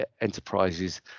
enterprises